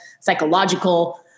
psychological